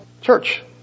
church